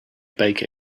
baker